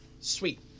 Sweet